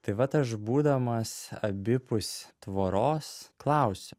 tai vat aš būdamas abipus tvoros klausiu